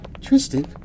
Tristan